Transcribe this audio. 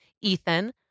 Ethan